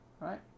right